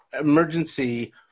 emergency